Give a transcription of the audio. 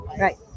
right